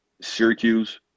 Syracuse